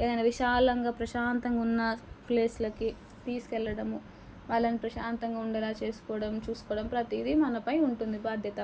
ఏదన్నా విశాలంగా ప్రశాంతంగా ఉన్న ప్లేసులకి తీసుకెళ్లడం వాళ్ళని ప్రశాంతంగా ఉండేలా చేసుకోవడం చూసుకోవడం ప్రతిదీ మనపై ఉంటుంది బాధ్యత